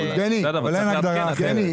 אין הגדרה אחרת.